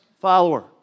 follower